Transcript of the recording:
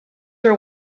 were